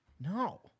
No